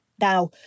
Now